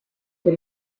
can